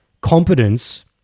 competence